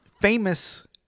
famous